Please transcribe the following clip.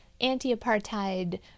anti-apartheid